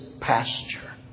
pasture